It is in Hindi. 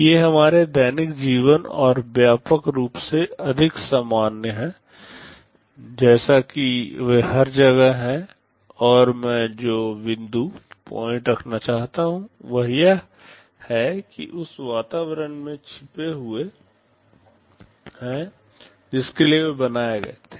ये हमारे दैनिक जीवन और व्यापक रूप से अधिक सामान्य हैं जैसा कि वे हर जगह हैं और मैं जो बिंदुपॉइंट रखना चाहता हूं वह यह है कि वे उस वातावरण में छिपे हुए हैं जिसके लिए वे बनाए गए थे